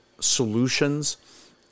solutions